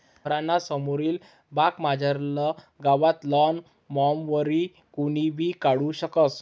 घरना समोरली बागमझारलं गवत लॉन मॉवरवरी कोणीबी काढू शकस